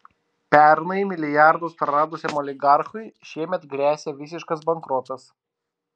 pernai milijardus praradusiam oligarchui šiemet gresia visiškas bankrotas